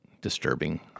disturbing